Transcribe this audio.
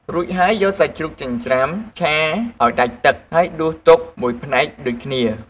រួចហើយ យកសាច់ជ្រូកចិញ្រ្ចាំឆាឱ្យដាច់ទឹក ហើយដួសទុកមួយផ្នែកដូចគ្នា។